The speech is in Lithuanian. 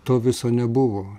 to viso nebuvo